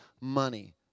money